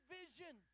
vision